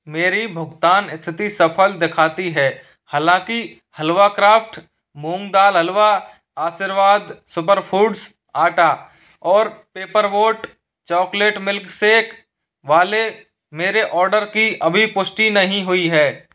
मेरी भुगतान स्थिति सफ़ल दिखाती है हालाँकि हलवा क्राफ़्ट मूँग दाल हलवा आशीर्वाद सुपर फूड्स आटा और पेपर बोट चॉकलेट मिल्कशेक वाले मेरे ऑर्डर की अभी पुष्टि नहीं हुई है